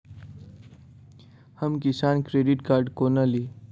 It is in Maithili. हम किसान क्रेडिट कार्ड कोना ली?